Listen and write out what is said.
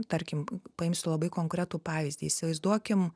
tarkim paimsiu labai konkretų pavyzdį įsivaizduokim